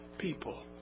people